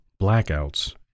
blackouts